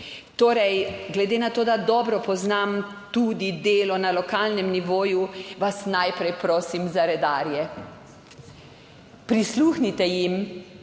Torej, glede na to, da dobro poznam tudi delo na lokalnem nivoju, vas najprej prosim za redarje, prisluhnite jim!